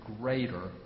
greater